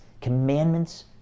commandments